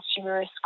consumerist